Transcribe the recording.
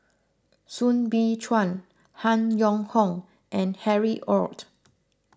Soo Bin Chua Han Yong Hong and Harry Ord